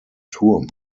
turm